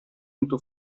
into